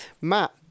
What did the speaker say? Matt